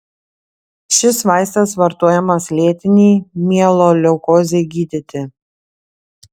šis vaistas vartojamas lėtinei mieloleukozei gydyti